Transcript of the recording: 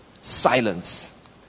Silence